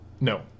No